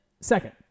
second